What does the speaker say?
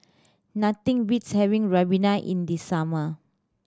nothing beats having ribena in the summer